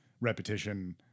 repetition